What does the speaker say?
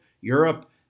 Europe